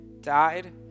died